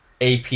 AP